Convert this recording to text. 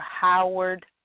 Howard